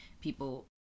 people